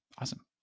Awesome